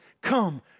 come